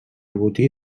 botí